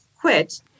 quit